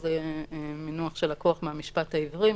וזה מינוח שלקוח מהמשפט העברי,